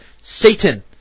Satan